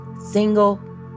single